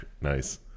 Nice